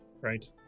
right